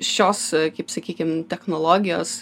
šios kaip sakykim technologijos